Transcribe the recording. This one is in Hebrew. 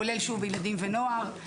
כולל לילדים ונוער.